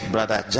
Brother